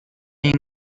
iyi